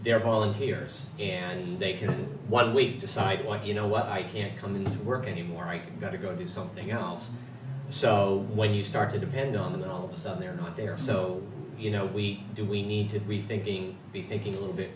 volunteers and they can one week decide what you know what i can't come into work anymore i got to go do something else so when you start to depend on them and all of a sudden they're not there so you know we do we need to be thinking be thinking a little bit